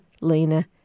Lena